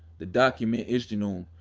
the document isgenuine.